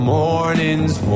morning's